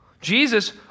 Jesus